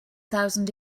thousand